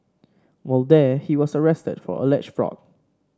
while there he was arrested for alleged fraud